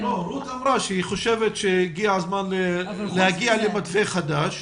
רות אמרה שהיא חושבת שהגיע הזמן להגיע למתווה חדש,